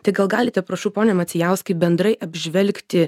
tai gal galite prašau pone macijauskai bendrai apžvelgti